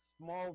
small